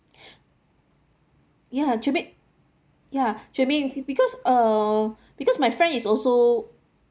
ya germaine ya germaine because uh because my friend is also